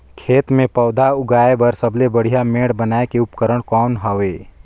खेत मे पौधा उगाया बर सबले बढ़िया मेड़ बनाय के उपकरण कौन हवे?